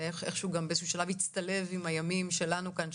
זה באיזה שהוא שלב הצטלב עם הימים שלנו כאן,